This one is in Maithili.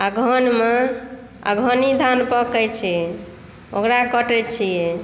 अगहनमे अगहनी धान पकै छै ओकरा कटै छी